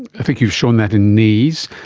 i think you've shown that in knees.